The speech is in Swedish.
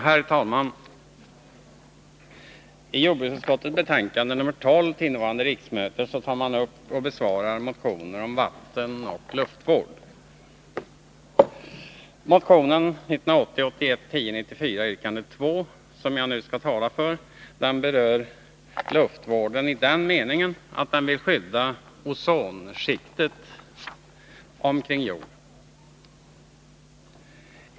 Herr talman! I jordbruksutskottets betänkande nr 12 till innevarande riksmöte behandlas motioner om vattenoch luftvård. Motionen 1980/ 81:1094, yrkande 2, som jag nu skall tala för, berör luftvården i den meningen att den vill skydda ozonskiktet kring jorden.